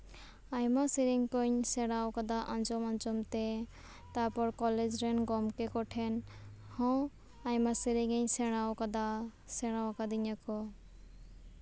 ᱟᱭᱢᱟ ᱥᱮᱨᱮᱧ ᱠᱩᱧ ᱥᱮᱬᱟᱣᱟᱠᱟᱫᱟ ᱟᱸᱡᱚᱢᱼᱟᱸᱡᱚᱢ ᱛᱮ ᱛᱟᱨᱯᱚᱨ ᱠᱚᱞᱮᱡᱽ ᱨᱮᱱ ᱜᱚᱢᱠᱮ ᱠᱚ ᱴᱷᱮᱱ ᱦᱚᱸ ᱟᱭᱢᱟ ᱥᱮᱨᱮᱧᱤᱧ ᱥᱮᱬᱟᱣᱟᱠᱟᱫᱟ ᱥᱮᱬᱟᱣᱟᱠᱚᱫᱤᱧᱟᱹ ᱠᱚ